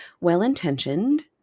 Well-intentioned